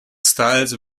styles